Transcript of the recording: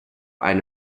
eine